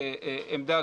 עמדה